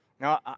Now